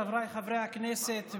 חבריי חברי הכנסת,